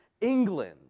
England